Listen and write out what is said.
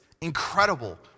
incredible